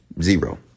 Zero